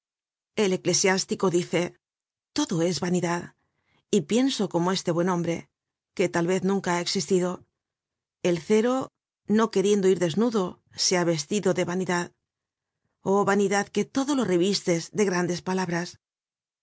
el eclesiástico dice todo es vanidad y pienso como este buen hombre que tal vez nunca ha existido el cero no queriendo ir desnudo se ha vestido de vanidad oh vanidad que todo lo revistes de grandes palabras